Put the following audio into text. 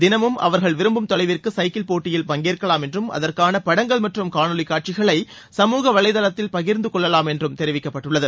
தினமும் அவர்கள் விரும்பும் தொலைவிற்கு சைக்கிள் போட்டியில் பங்கேற்கலாம் என்றும் அதற்கான படங்கள் மற்றும் காணொலி காட்சிகளை சமூக வலைதளத்தில் பகிர்ந்து கொள்ளலாம் என்றும் தெரிவிக்கப்பட்டுள்ளது